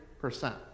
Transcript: percent